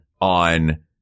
on